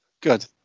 Good